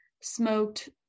smoked